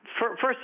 first